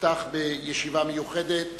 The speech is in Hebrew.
נפתח בישיבה מיוחדת